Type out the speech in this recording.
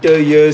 ya